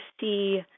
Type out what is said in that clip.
see